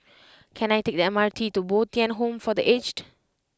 can I take the M R T to Bo Tien Home for the Aged